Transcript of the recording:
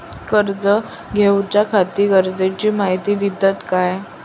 कर्ज घेऊच्याखाती गरजेची माहिती दितात काय?